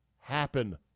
happen